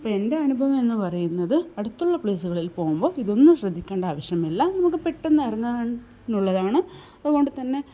അപ്പോള് എൻ്റെ അനുഭവം എന്ന് പറയുന്നത് അടുത്തുള്ള പ്ലെയിസുകളിൽ പോകുമ്പോള് ഇതൊന്നും ശ്രദ്ധിക്കേണ്ട ആവശ്യമില്ല നമുക്ക് പെട്ടെന്ന് ഇറങ്ങാനുള്ളതാണ് അതുകൊണ്ടുതന്നെ